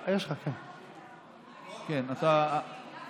כן, הוא